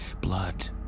Blood